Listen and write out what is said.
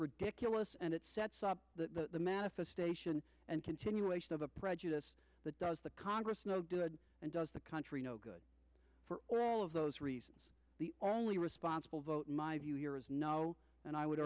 ridiculous and it sets up the manifestation and continuation of a prejudice that does the congress no did and does the country no good or all of those reasons are only responsible vote in my view here is no and i would